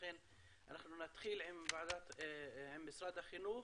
לכן נתחיל עם משרד החינוך,